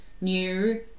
new